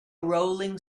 rolling